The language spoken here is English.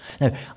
Now